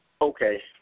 Okay